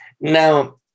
now